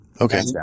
Okay